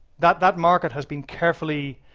that that market has been carefully,